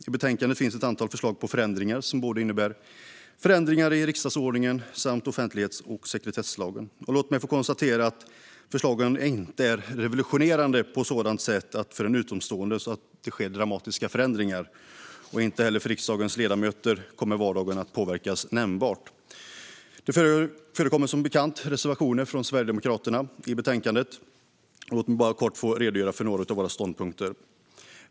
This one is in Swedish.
I betänkandet finns ett antal förslag på förändringar, som innebär ändringar i både riksdagsordningen och offentlighets och sekretesslagen. Låt mig konstatera att förslagen inte är revolutionerande på så sätt att det för den utomstående sker dramatiska förändringar. Inte heller för riksdagens ledamöter kommer vardagen att påverkas nämnbart. Det förekommer som bekant reservationer från Sverigedemokraterna i betänkandet. Låt mig bara kort få redogöra för några av våra ståndpunkter.